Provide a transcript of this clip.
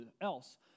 else